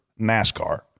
NASCAR